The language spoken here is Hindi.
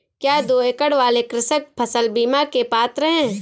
क्या दो एकड़ वाले कृषक फसल बीमा के पात्र हैं?